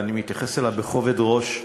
ואני מתייחס אליו בכובד ראש,